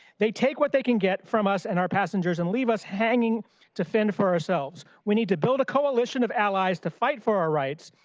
they take what they can get from us and our passengers and leave us hanging to fend for ourselves. we need to build a coalition of allies to fight for our rights,